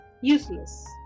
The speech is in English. useless